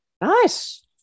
Nice